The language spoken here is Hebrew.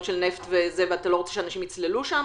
של נפט ואתה לא רוצה שאנשים יצללו שם?